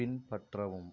பின்பற்றவும்